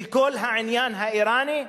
של כל העניין האירני,